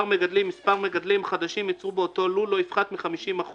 מספר המגדלים החדשים שייצרו באותו הלול לא יפחת מ- 50%;